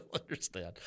understand